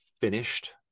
finished